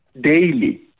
daily